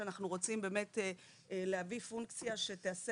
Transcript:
שאנחנו רוצים באמת להביא פונקציה שתעשה